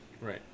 right